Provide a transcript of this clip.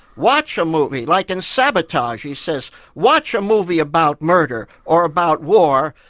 watch a movie, like in sabotage, he says watch a movie about murder or about war,